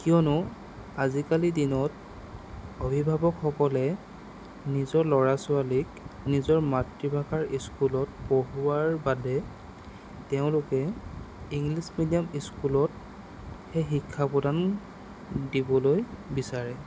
কিয়নো আজিকালি দিনত অভিভাৱকসকলে নিজৰ ল'ৰা ছোৱালীক নিজৰ মাতৃভাষাৰ স্কুলত পঢ়োৱাৰ বাদে তেওঁলোকে ইংলিছ মিডিয়াম স্কুলত সেই শিক্ষা প্ৰদান দিবলৈ বিচাৰে